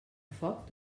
foc